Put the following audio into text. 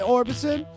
Orbison